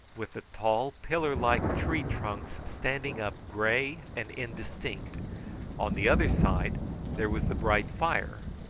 with the tall pillar-like tree trunks standing up grey and indistinct on the other side there was the bright fire,